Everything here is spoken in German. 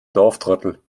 dorftrottel